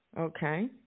Okay